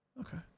Okay